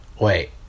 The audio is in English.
wait